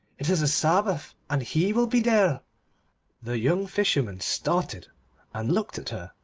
it is a sabbath, and he will be there the young fisherman started and looked at her,